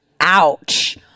Ouch